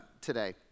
today